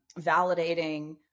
Validating